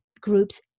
groups